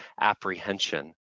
apprehension